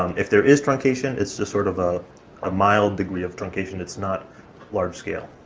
um if there is truncation, it's just sort of a ah mild degree of truncation, it's not large-scale.